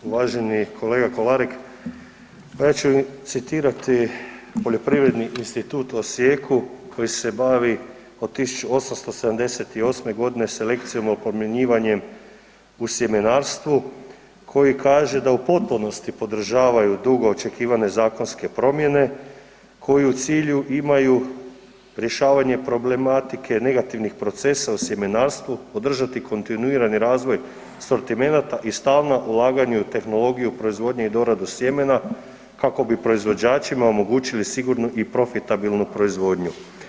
Uvaženi kolega Kolarek pa ja ću citirati Poljoprivredni institut u Osijeku koji se bavi od 1878. godine selekcijom i oplemenjivanjem u sjemenarstvu koji kaže da u potpunosti podržavaju dugo očekivane zakonske promjene koji u cilju imaju rješavanje problematike negativnih procesa u sjemenarstvu, održati kontinuirani razvoj sortimenata i stalna ulaganja u tehnologiju proizvodnju i doradu sjemena kako bi proizvođačima omogućili sigurnu i profitabilnu proizvodnju.